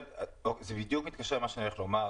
זה בדיוק מתקשר למה שאני עומד לומר.